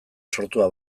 sortua